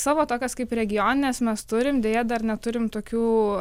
savo tokias kaip regioninės mes turim deja dar neturime tokių